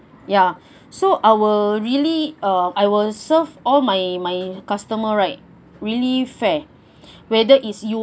ya so our really uh I will serve all my customer right really fair whether is you